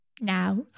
now